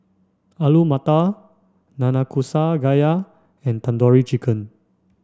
Alu Matar Nanakusa Gayu and Tandoori Chicken